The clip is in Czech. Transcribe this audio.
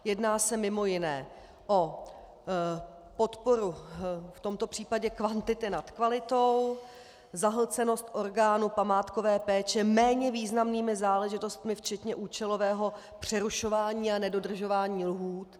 Jedná se mimo jiné o podporu v tomto případě kvantity nad kvalitou, zahlcenost orgánů památkové péče méně významnými záležitostmi včetně účelového přerušování a nedodržování lhůt.